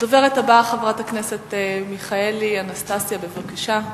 הדוברת הבאה, חברת הכנסת מיכאלי אנסטסיה, בבקשה.